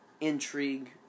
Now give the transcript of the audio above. intrigue